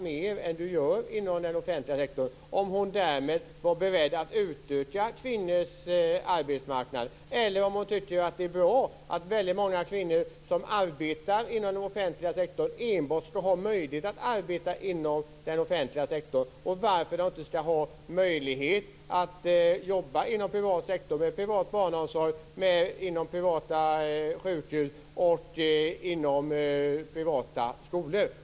Jag frågade om Inger Segelström var beredd att utöka kvinnors arbetsmarknad eller om hon tycker att det är bra att många kvinnor som arbetar inom den offentliga sektorn enbart skall ha möjlighet att arbeta där. Varför skall de inte ha möjlighet att arbeta inom privat sektor, privat barnomsorg, privata sjukhus och i privata skolor?